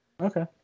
Okay